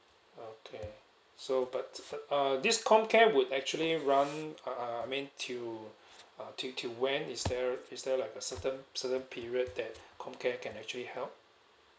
okay so but fo~ err this comcare would actually run uh I mean till uh till till when is there is there like a certain certain period that comcare can actually help